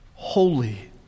Holy